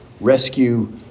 Rescue